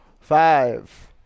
Five